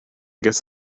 guess